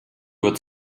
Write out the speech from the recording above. wird